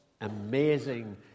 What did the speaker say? amazing